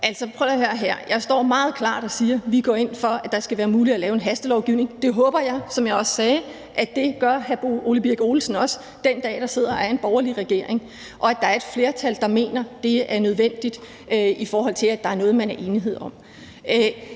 jeg står meget klart og siger: Vi går ind for, at det skal være muligt at lave en hastelovgivning. Det håber jeg, som jeg sagde, at hr. Ole Birk Olesen også gør, den dag der er en borgerlig regering og der er et flertal, der mener, det er nødvendigt, i forhold til at der er noget, man er enige om.